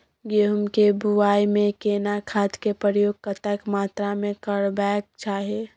गेहूं के बुआई में केना खाद के प्रयोग कतेक मात्रा में करबैक चाही?